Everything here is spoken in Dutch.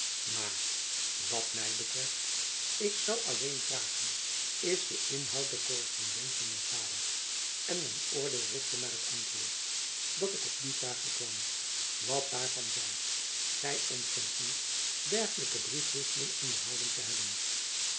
maar wat my betreft ik zoû alleen vragen is de inhoud der korrespondentie misdadig en mijn oordeel richten naar het antwoord dat ik op die vraag bekwam wat daarvan zij gy ontkent niet dergelijke briefwisseling onderhouden te hebben